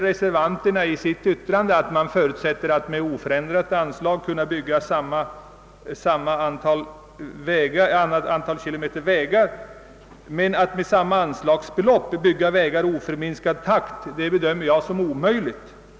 Reservanterna förutsätter att det med oförändrat anslag skall kunna byggas samma antal kilometer vägar. Att med samma anslagsbelopp bygga vägar i oförminskad takt bedömer jag emellertid som omöjligt.